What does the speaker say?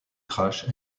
thrash